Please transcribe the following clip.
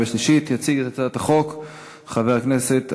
אבישי ברוורמן,